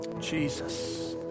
Jesus